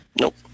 Nope